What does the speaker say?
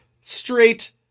straight